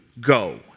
go